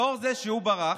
לאור זה שהוא ברח,